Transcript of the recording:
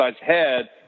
head